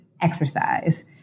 exercise